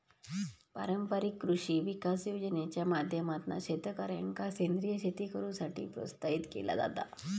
पारंपारिक कृषी विकास योजनेच्या माध्यमातना शेतकऱ्यांका सेंद्रीय शेती करुसाठी प्रोत्साहित केला जाता